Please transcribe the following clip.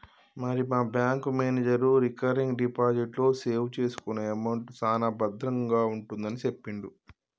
మరి మా bank manager recurring deposit లో సేవ్ చేసుకున్న అమౌంట్ సాన భద్రంగా ఉంటుందని సెప్పిండు